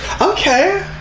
okay